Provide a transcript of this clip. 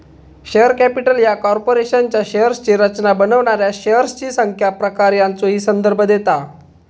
share capital ह्या कॉर्पोरेशनच्या शेअर्सची रचना बनवणाऱ्या शेअर्सची संख्या, प्रकार यांचो ही संदर्भ देता